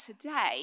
today